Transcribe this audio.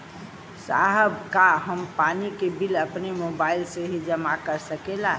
साहब का हम पानी के बिल अपने मोबाइल से ही जमा कर सकेला?